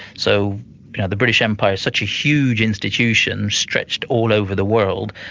so the british empire's such a huge institution, stretched all over the world,